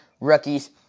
rookies